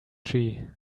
tree